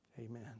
Amen